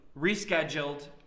rescheduled